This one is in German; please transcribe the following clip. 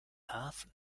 hafen